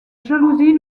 jalousie